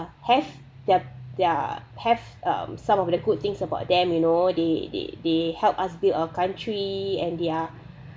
have their their have um some of the good things about them you know they they they help us build our country and their